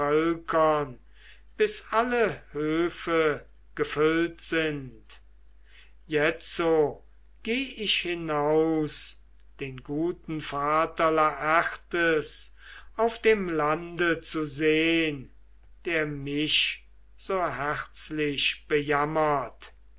bis alle höfe gefüllt sind jetzo geh ich hinaus den guten vater laertes auf dem lande zu sehn der mich so herzlich bejammert